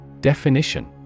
Definition